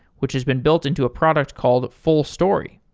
which has been built into a product called fullstory.